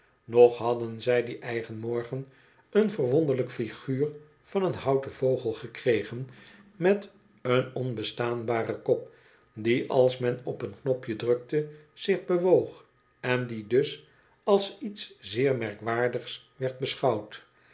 nog hadden zij dien eigen morgen een verwonderlijk figuur van een houten vogel gekregen met een onbestaanbare kop die als men op een knopje drukte zich bewoog en die dus als iets zeer merkwaardigs werd beschouwd